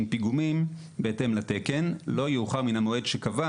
פיגומים בהתאם לתקן לא יאוחר מן המועד שקבע